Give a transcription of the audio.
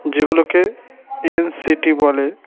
যেগুলোকে N C T বলে